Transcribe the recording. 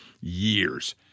years